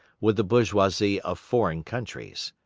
with the bourgeoisie of foreign countries.